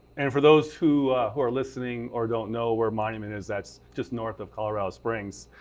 and for those who who are listening or don't know where monument is, that's just north of colorado springs.